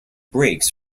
breaks